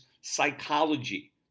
psychology